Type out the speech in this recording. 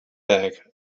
back